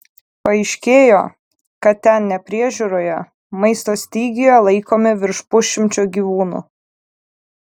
paaiškėjo kad ten nepriežiūroje maisto stygiuje laikomi virš pusšimčio gyvūnų